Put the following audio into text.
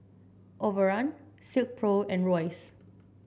Overrun Silkpro and Royce